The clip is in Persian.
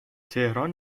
تهران